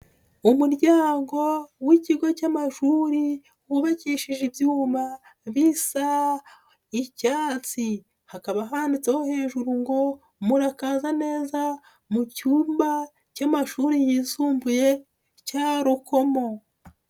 Umuryango w'ikigo cy'amashuri wubakishije ibyuma bisa icyatsi, hakaba handitseho hejuru ngo murakaza neza mu cyumba cy'amashuri yisumbuye cya Rukomo.